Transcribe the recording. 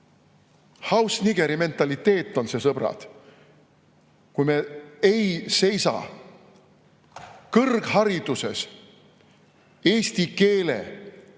nigger'i mentaliteet on see, sõbrad! Kui me ei seisa kõrghariduses eesti keele